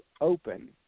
open